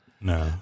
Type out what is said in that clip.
No